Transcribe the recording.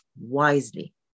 wisely